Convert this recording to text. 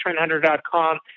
trendhunter.com